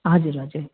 हजुर हजुर